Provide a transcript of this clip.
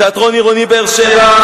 התיאטרון העירוני באר-שבע,